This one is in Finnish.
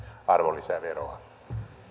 arvonlisäveroa